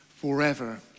forever